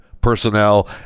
personnel